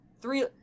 three